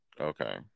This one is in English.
okay